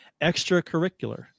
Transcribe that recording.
extracurricular